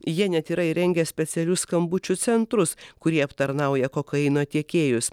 jie net yra įrengę specialius skambučių centrus kurie aptarnauja kokaino tiekėjus